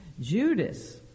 Judas